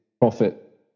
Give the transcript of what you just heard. profit